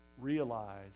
realize